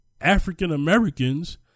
African-Americans